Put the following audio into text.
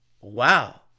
Wow